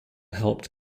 helped